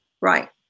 Right